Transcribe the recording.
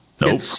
Nope